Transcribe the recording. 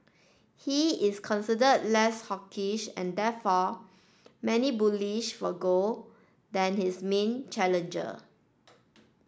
he is considered less hawkish and therefore many bullish for gold than his main challenger